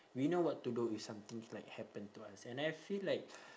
we know what to do if some things like happen to us and I feel like